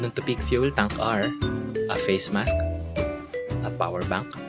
topeak fuel tank are a face mask a power bank